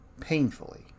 Painfully